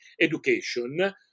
education